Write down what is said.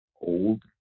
old